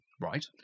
right